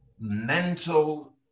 mental